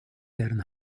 deren